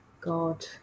God